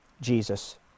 Jesus